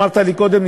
אמרת לי קודם,